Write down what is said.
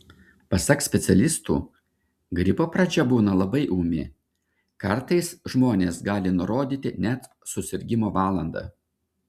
pasak specialistų gripo pradžia būna labai ūmi kartais žmonės gali nurodyti net susirgimo valandą